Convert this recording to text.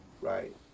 Right